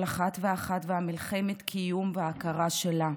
כל אחת ואחת ומלחמת הקיום וההכרה שלה.